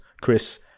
Chris